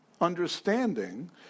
understanding